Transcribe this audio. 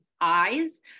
eyes